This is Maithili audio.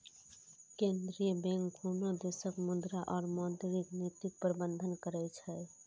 केंद्रीय बैंक कोनो देशक मुद्रा और मौद्रिक नीतिक प्रबंधन करै छै